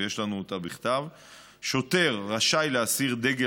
ויש לנו את זה בכתב, שוטר רשאי להסיר דגל